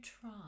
try